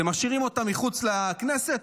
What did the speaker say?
אתם משאירים אותה מחוץ לכנסת,